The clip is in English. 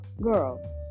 girl